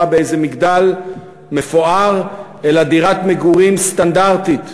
באיזה מגדל מפואר אלא דירת מגורים סטנדרטית ראשונה,